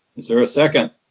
is there a second?